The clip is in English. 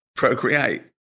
procreate